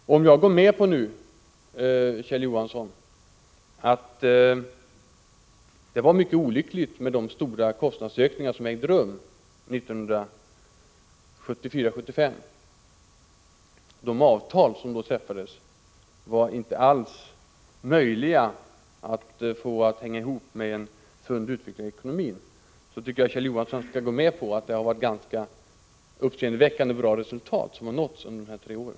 Och om jag nu går med på att det var mycket olyckligt med de stora kostnadsökningar som ägde rum 1974-1975 — de avtal som då träffades var inte alls möjliga att få att hänga ihop med en sund utveckling i ekonomin — tycker jag att Kjell Johansson skall gå med på att det är rätt uppseendeväckande bra resultat som har nåtts under de här tre åren.